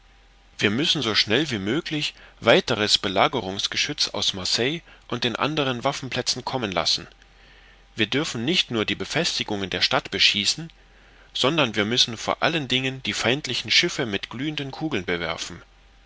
wir müssen so schnell wie möglich weiteres belagerungsgeschütz aus marseille und den andern waffenplätzen kommen lassen wir dürfen nicht nur die befestigungen der stadt beschießen sondern wir müssen vor allen dingen die feindlichen schiffe mit glühenden kugeln bewerfen